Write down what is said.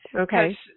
Okay